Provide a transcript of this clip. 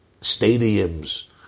stadiums